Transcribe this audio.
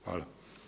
Hvala.